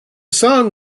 song